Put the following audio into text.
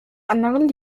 anderen